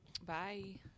Bye